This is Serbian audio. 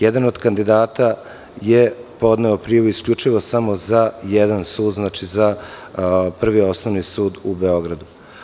Jedan od kandidata je podneo prijavu isključivo samo za jedan sud, za Prvi osnovni sud u Beogradu.